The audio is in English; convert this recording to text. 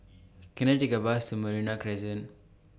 Can I Take A Bus to Merino Crescent